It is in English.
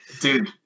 Dude